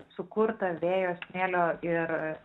sukurta vėjo smėlio ir